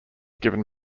given